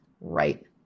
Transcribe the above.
right